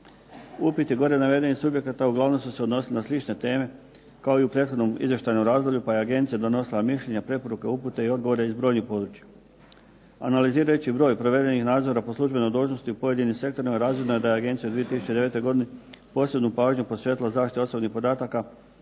Upiti gore navedenih subjekata uglavnom su se odnosili na slične teme kao i u prethodnom izvještajnom razdoblju pa je agencija donosila mišljenja, preporuke, upute i odgovore iz brojnih područja. Analizirajući broj provedenih nadzora po službenoj dužnosti u pojedinim sektorima razvidno je da je agencija u 2009. godini posebnu pažnju posvetila zaštiti osobnih podataka